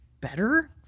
better